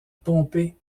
pompée